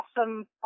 awesome